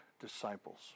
disciples